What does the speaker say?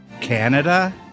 Canada